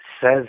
says